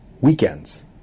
weekends